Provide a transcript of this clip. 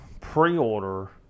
pre-order